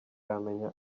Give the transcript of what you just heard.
yamenya